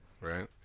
Right